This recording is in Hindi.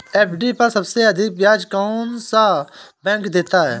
एफ.डी पर सबसे अधिक ब्याज कौन सा बैंक देता है?